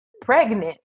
pregnant